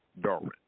Darwin